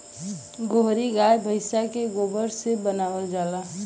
गोहरी गाय भइस के गोबर से बनावल जाला